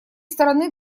стороны